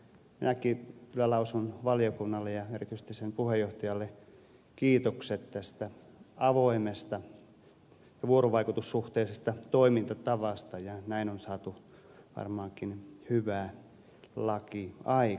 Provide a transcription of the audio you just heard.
minäkin kyllä lausun valiokunnalle ja erityisesti sen puheenjohtajalle kiitokset tästä avoimesta ja vuorovaikutussuhteisesta toimintatavasta ja näin on saatu varmaankin hyvä laki aikaan